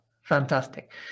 Fantastic